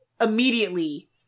Immediately